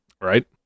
Right